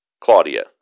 Claudia